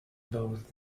both